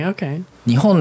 Okay